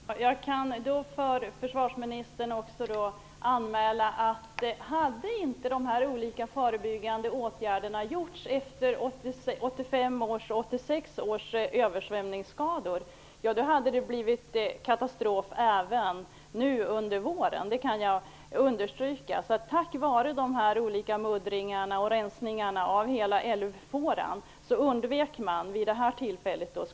Herr talman! Jag kan anmäla till förvarsministern att om inte dessa olika förebyggande åtgärderna hade vidtagits efter 1985 och 1986 års översvämningsskador, så hade det blivit katastrof även nu under våren. Det vill jag understryka. Tack vare muddringarna och rensningarna av hela älvfåran undvek man skador vid det här tillfället.